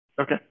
Okay